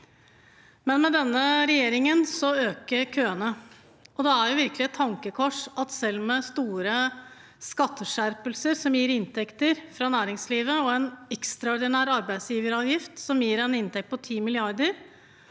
Med denne regjeringen øker køene, og det er virkelig et tankekors at man selv med store skatteskjerpelser som gir inntekter fra næringslivet, og en ekstraordinær arbeidsgiveravgift som gir en inntekt på 10 mrd.